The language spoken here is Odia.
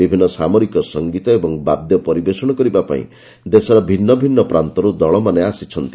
ବିଭିନ୍ନ ସାମରିକ ସଂଗୀତ ଓ ବାଦ୍ୟ ପରିବେଷଣ କରିବା ପାଇଁ ଦେଶର ଭିନ୍ନଭିନ୍ନ ପ୍ରାନ୍ତର୍ ଦଳମାନେ ଆସିଛନ୍ତି